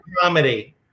comedy